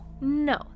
No